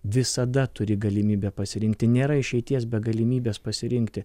visada turi galimybę pasirinkti nėra išeities be galimybės pasirinkti